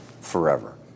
forever